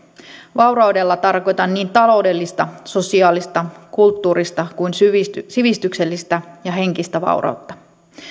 vauraudella tarkoitan niin taloudellista sosiaalista kulttuurista kuin sivistyksellistä ja henkistä vaurautta